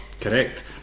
correct